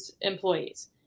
employees